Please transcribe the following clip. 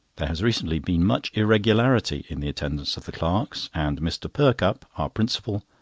there has recently been much irregularity in the attendance of the clerks, and mr. perkupp, our principal,